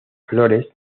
flores